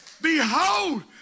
behold